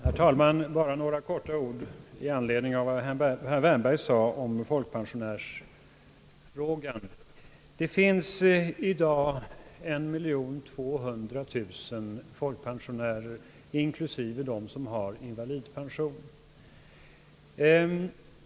Herr talman! Bara några ord med anledning av vad herr Wärnberg sade om folkpensionärsfrågan. Det finns i dag 1200 000 folkpensionärer, inklusive dem som har invalidpension.